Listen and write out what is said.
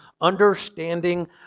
Understanding